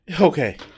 Okay